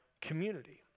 community